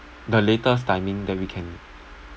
the latest timing that we can